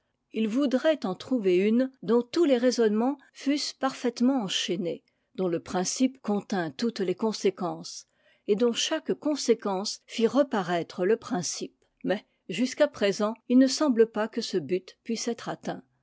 it voudrait en trouver une dont tous les raisonnements fussent parfaitement enchaînés dont le principe contînt toutes les conséquences et dont chaque conséquence fit reparaître le principe mais jusqu'à présent il ne semble pas que ce but puisse être atteint